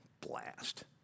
blast